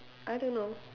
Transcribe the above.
I don't know